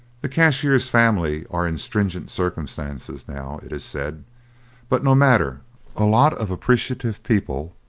the cashier's family are in stringent circumstances, now, it is said but no matter a lot of appreciative people,